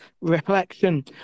reflection